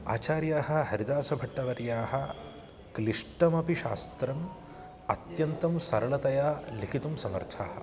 आचार्याः हरिदासभट्टवर्याः क्लिष्टमपि शास्त्रम् अत्यन्तं सरळतया लिखितुं समर्थाः